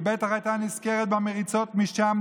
היא בטח הייתה נזכרת במריצות משם,